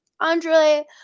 Andre